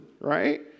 right